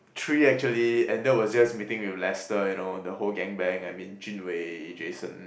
three actually and that was just meeting with Lester you know the whole gang bang I mean Jun-Wei Jason